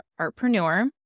Artpreneur